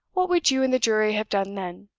what would you and the jury have done then